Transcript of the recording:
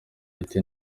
ite